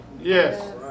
Yes